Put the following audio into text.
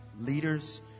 leaders